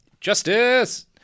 Justice